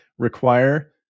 require